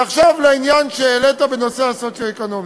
ועכשיו לעניין שהעלית בנושא הסוציו-אקונומי.